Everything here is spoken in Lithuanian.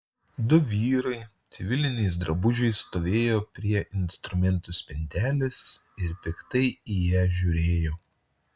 du vyrai civiliniais drabužiais stovėjo prie instrumentų spintelės ir piktai į ją žiūrėjo